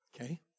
Okay